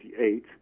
1958